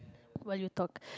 while you talk